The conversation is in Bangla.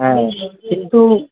হ্যাঁ কিন্তু